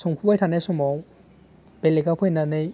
संफुबाय थानाय समाव बेलेकआ फैनानै